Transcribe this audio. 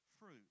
fruit